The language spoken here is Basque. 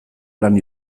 lan